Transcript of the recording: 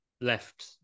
left